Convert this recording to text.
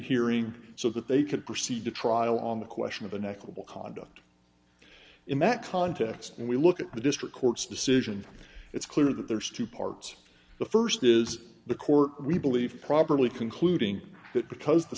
hearing so that they could proceed to trial on the question of an equitable conduct in that context and we look at the district court's decision it's clear that there's two parts the st is the court we believe probably concluding that because the